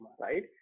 right